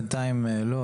בינתיים לא,